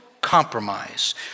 compromise